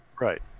right